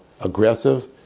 aggressive